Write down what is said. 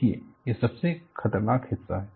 देखिए ये सबसे खतरनाक हिस्सा है